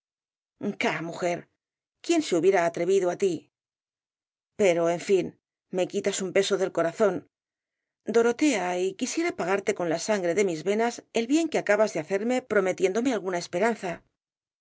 ca mujer quién se hubiera atrevido á ti pero en fin me quitas un peso del corazón dorotea y quisiera pagarte con la sangre de mis venas el bien que acabas de hacerme prometiéndome alguna esperanza